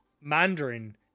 Mandarin